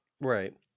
Right